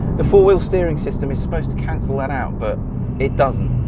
the four wheel steering system is supposed to cancel that out but it doesn't.